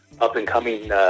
up-and-coming